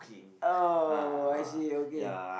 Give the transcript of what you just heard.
oh I see okay